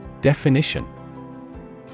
Definition